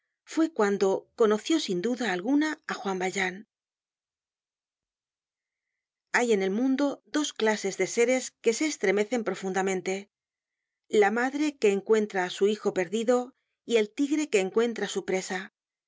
fue cuando conoció sin duda alguna á juan valjean hay en el mundo dos clases de seres que se estremecen profundamente la madre que encuentra á su hijo perdido y el tigre que encuentra su presa